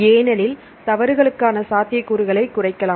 ஏனெனில் தவறுகளுக்கான சாத்தியக்கூறுகளை குறைக்கலாம்